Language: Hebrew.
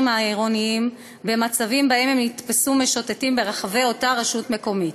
העירוניים במצבים שבהם הם נתפסו משוטטים ברחבי אותה רשות מקומית.